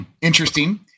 interesting